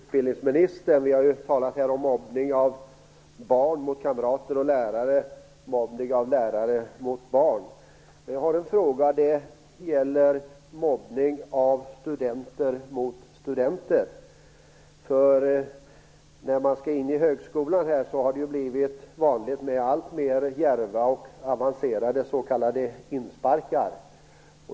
Fru talman! Jag vill ställa en fråga till utbildningsministern. Vi har ju här talat om mobbning av barn, kamrater och lärare samt lärare som mobbar elever. Min fråga gäller mobbning mellan studenter. För elever som börjar på högskolan har det blivit vanligt med alltmer djärva och avancerade s.k. insparkar.